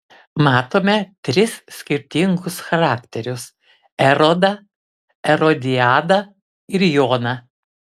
matome tris skirtingus charakterius erodą erodiadą ir joną